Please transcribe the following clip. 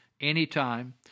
anytime